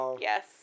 Yes